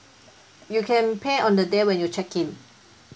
you can pay on the day when you check in